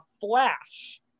flash